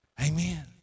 Amen